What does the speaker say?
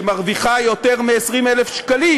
שמרוויחה יותר מ-20,000 שקלים.